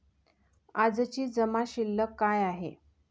आजची जमा शिल्लक काय आहे?